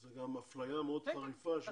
זו גם אפליה מאוד חריפה שמגיעה לדרגה מסוימת.